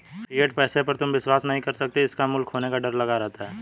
fiat पैसे पर तुम विश्वास नहीं कर सकते इसका मूल्य खोने का डर लगा रहता है